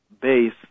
base